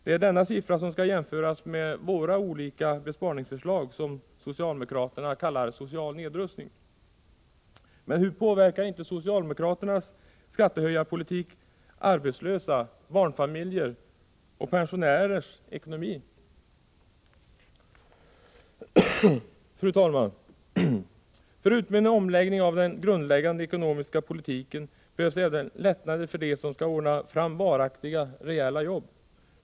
Det är denna siffra som skall jämföras med våra olika besparingsförslag, som socialdemokraterna kallar social nedrustning. Men hur påverkar inte socialdemokraternas skattehöjarpolitik ekonomin för arbetslösa, barnfamiljer och pensionärer? Fru talman! Förutom en omläggning av den grundläggande ekonomiska politiken behövs även lättnader för dem som skall ordna varaktiga, rejäla jobb.